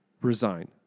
Resign